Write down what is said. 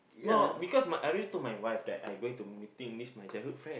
no because my already told my wife that I going to meeting this my childhood friend